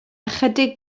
ychydig